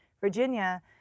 Virginia